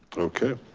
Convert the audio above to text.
okay.